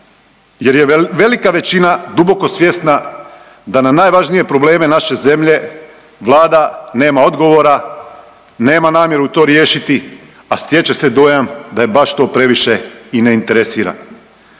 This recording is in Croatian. jer je velika većina duboko svjesna da na najvažnije probleme naše zemlje Vlada nema odgovora, nema namjeru to riješiti, a stječe se dojam da je baš to previše i ne interesira.